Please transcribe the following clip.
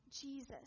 Jesus